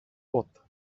what